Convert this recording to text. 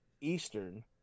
Eastern